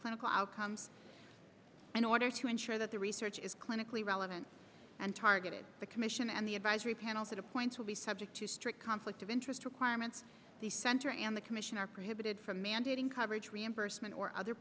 clinical outcomes in order to ensure that the research is clinically relevant and targeted the commission and the advisory panels that appoints will be subject to strict conflict of interest requirements the center and the commission are prohibited from mandating coverage reimbursement or other